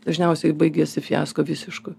dažniausiai baigiasi fiasko visišku